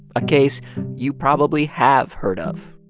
a case you probably have heard of